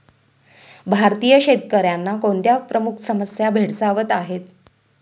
भारतीय शेतकऱ्यांना कोणत्या प्रमुख समस्या भेडसावत आहेत?